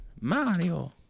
Mario